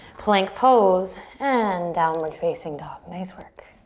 plank pose and downward facing dog, nice work.